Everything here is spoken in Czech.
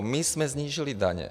My jsme snížili daně.